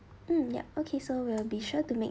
mm ya okay so we'll be sure to make